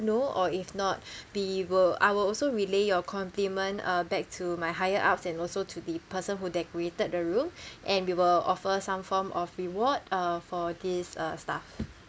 know or if not we will I will also relay your compliment uh back to my higher ups and also to the person who decorated the room and we will offer some form of reward uh for this uh staff